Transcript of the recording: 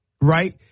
Right